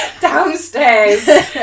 downstairs